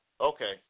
Okay